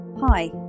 Hi